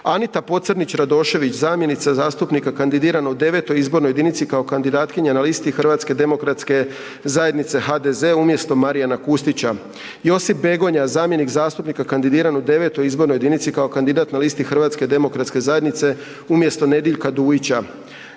Anita Pocrnić Radošević zamjenica zastupnika kandidirana u IX. izbornoj jedinici kao kandidatkinja na listi Hrvatske demokratske zajednice, HDZ umjesto Marijana Kustića. Josip Begonja, zamjenik zastupnika kandidiran u IX. izbornoj jedinici kao kandidat na listi Hrvatske demokratske zajednice, HDZ umjesto Nediljka Dujića.